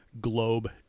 Globe